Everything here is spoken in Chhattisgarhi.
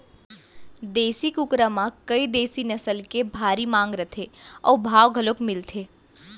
देसी कुकरा म कइ देसी नसल के भारी मांग रथे अउ भाव घलौ मिलथे